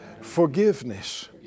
Forgiveness